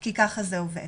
כי ככה זה עובד.